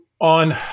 on